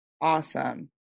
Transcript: Awesome